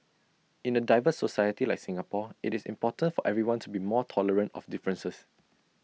in A diverse society like Singapore IT is important for everyone to be more tolerant of differences